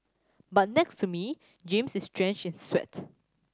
but next to me James is drenched in sweat